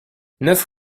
neuf